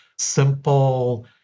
Simple